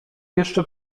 jeszcze